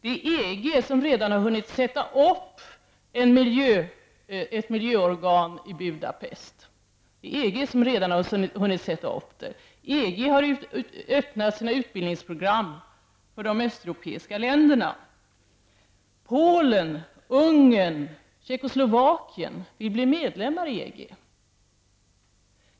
Det är EG som redan har hunnit sätta upp ett miljöorgan i Budapest. EG har öppnat sina utbildningsprogram för de östeuropeiska länderna. Polen, Ungern och Tjeckoslovakien vill bli medlemmar i EG.